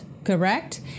Correct